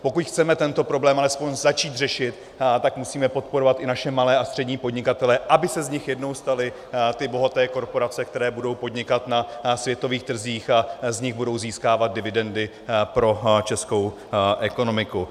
Pokud chceme tento problém alespoň začít řešit, tak musíme podporovat i naše malé a střední podnikatele, aby se z nich jednou staly ty bohaté korporace, které budou podnikat na světových trzích a z nich budou získávat dividendy pro českou ekonomiku.